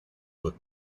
with